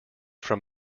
from